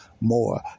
more